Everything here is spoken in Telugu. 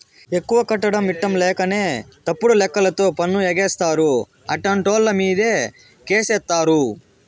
ఎక్కువ కట్టడం ఇట్టంలేకనే తప్పుడు లెక్కలతో పన్ను ఎగేస్తారు, అట్టాంటోళ్ళమీదే కేసేత్తారు